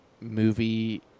movie